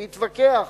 להתווכח.